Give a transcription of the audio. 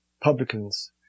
publicans